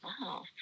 wow